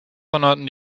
donnerten